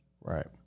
Right